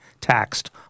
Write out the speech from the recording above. taxed